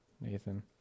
Nathan